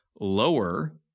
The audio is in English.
lower